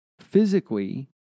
physically